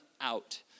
out